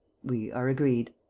we are agreed.